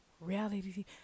Reality